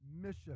mission